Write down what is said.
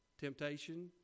temptation